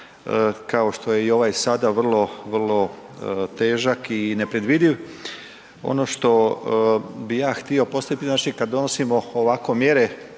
kao što je ovaj sada vrlo, vrlo težak i nepredvidiv. Ono što bi ja htio postaviti znači kada donosimo ovako mjere